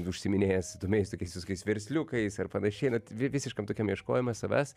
užsiiminėjęs įdomiais tokiais visokiais versliukais ar panašiai nu vi visiškam tokiam ieškojime savęs